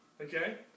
Okay